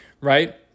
right